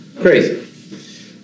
crazy